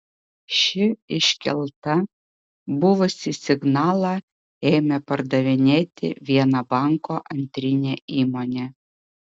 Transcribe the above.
ši iškelta buvusį signalą ėmė pardavinėti viena banko antrinė įmonė